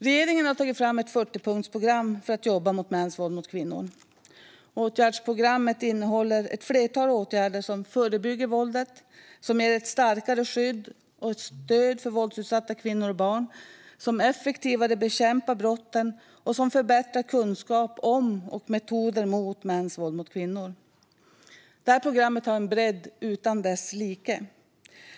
Regeringen har tagit fram ett 40-punktsprogram för att jobba mot mäns våld mot kvinnor. Åtgärdsprogrammet innehåller ett flertal åtgärder som förebygger våldet, ger ett starkare skydd och ett stöd för våldsutsatta kvinnor och barn, effektivare bekämpar brotten och förbättrar kunskapen om och metoderna mot mäns våld mot kvinnor. Det här programmet har en bredd utan like.